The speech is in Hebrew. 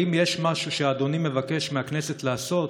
האם יש משהו שאדוני מבקש מהכנסת לעשות,